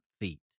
feet